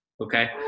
okay